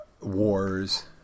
wars